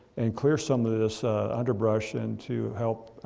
and clear some of this underbrush and to help.